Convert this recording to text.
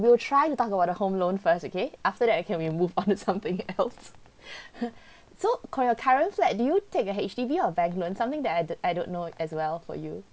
we'll try to talk about the home loan first okay after that can we move on to something else so for your current flat do you take a H_D_B or bank loan something that I d~ I don't know as well for you